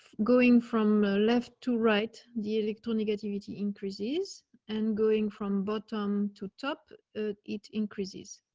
going from left to right the electronic activity increases and going from bottom to top it increases.